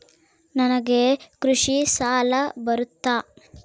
ನನಗೆ ಕೃಷಿ ಸಾಲ ಬರುತ್ತಾ?